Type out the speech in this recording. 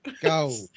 go